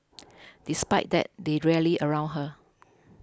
despite that they rallied around her